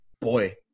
Boy